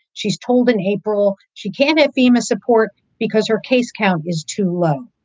she's told in april she can fema support because her case count is too low.